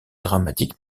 dramatique